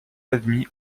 admis